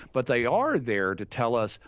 but they are there to tell us,